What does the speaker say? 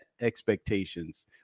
expectations